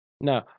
No